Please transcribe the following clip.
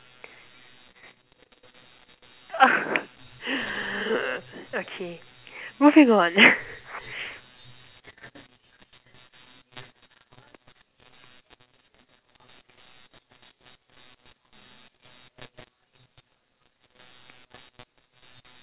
okay moving on